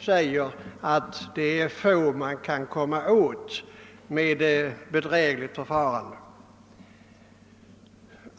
säger att det är få man kan komma åt genom att åberopa bedrägligt förfarande.